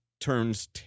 turns